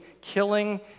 killing